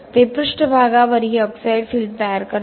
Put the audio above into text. ते पृष्ठभागावर ही ऑक्साईड फिल्म तयार करतात